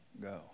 go